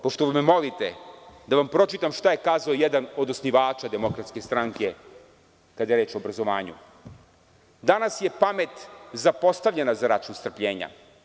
Pošto me molite da vam pročitam šta je kazao jedan od osnivača DS kada je reč o obrazovanju – danas je pamet zapostavljena za račun strpljenja.